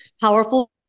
powerful